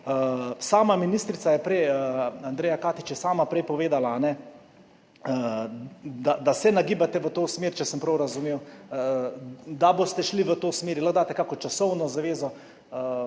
Sama ministrica, Andreja Katič je sama prej povedala, da se nagibate v to smer, če sem prav razumel, da boste šli v to smer. Lahko daste kakšno časovno zavezo,